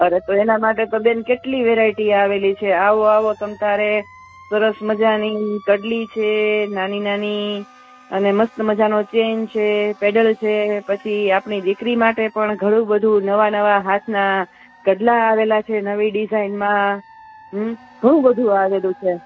અરે તો એના માટે તો બેન કેટલી વેરાયટી આવેલી છે આવો આવો તમે ત્યારે સરસ મજાની કડલી છે નાની નાની અને મસ્ત મજાનો ચેન છે પેડલ છે પછી આપની દીકરી માટે પણ ઘણું બધુ નવા નવા હાથનાં કડલાં આવેલાં છે નવી ડીઝાઈનમાં હં ઘણું બધું આવેલું છે